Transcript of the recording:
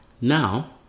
Now